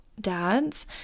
dads